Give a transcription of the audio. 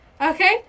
Okay